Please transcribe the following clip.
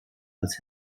als